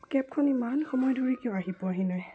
কেবখন ইমান সময় ধৰি কিয় আহি পোৱাহি নাই